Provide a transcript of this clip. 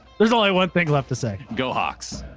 there's only one thing left to say, go hawks,